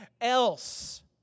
else